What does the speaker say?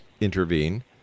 intervene